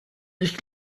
ich